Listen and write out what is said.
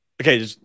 okay